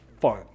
fun